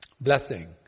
Blessing